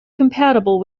compatible